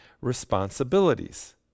responsibilities